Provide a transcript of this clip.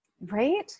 Right